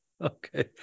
Okay